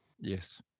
Yes